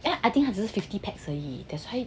eh I think 只是 fifty pax 而已 that's why